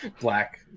black